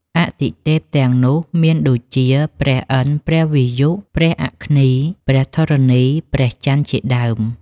អាទិទេពទាំងនោះមានដូចជា ព្រះឥន្ទ្រ ព្រះវាយុ ព្រះអគ្នី ព្រះធរណី និងព្រះចន្ទ្រ ជាដើម។